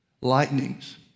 Lightnings